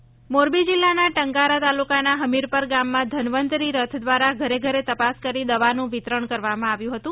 ધન્વંતરી રથ મોરબી જીલ્લાના ટંકારા તાલુકાના હમીરપર ગામમાં ધન્વંતરી રથ દ્વારા ઘરે ઘરે તપાસ કરી દવાનું વિતરણ કરવામાં આવ્યું હતું